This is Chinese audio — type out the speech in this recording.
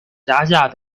辖下